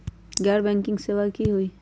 गैर बैंकिंग सेवा की होई?